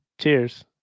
cheers